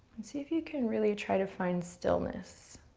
and see if you can really try to find stillness.